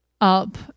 Up